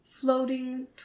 floating